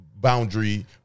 boundary